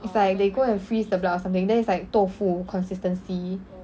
it's like they go and freeze the blood or something then it's like tofu consistency